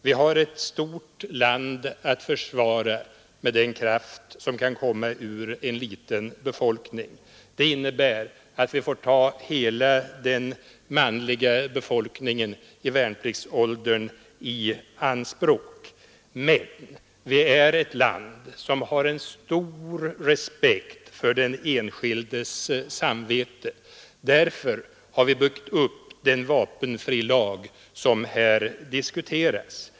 Vi har ett stort land att försvara med den kraft som kan komma ur en liten befolkning. Det innebär att vi får ta hela den manliga befolkningen i värnpliktsåldern i anspråk. Men vi har här i landet stor respekt för den enskildes samvete. Därför har vi den vapenfrilag som nu diskuteras.